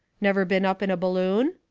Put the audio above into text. never been up in a balloon?